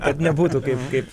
kad nebūtų kaip kaip